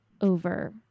over